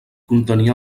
contenia